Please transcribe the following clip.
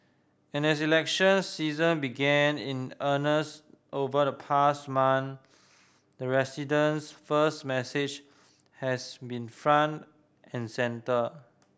and as election season began in earnest over the past month the residents first message has been front and centre